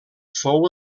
fou